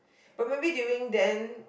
but maybe during then